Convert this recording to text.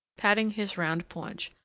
patting his round paunch,